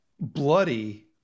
bloody